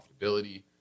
profitability